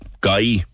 guy